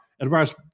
Advice